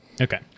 Okay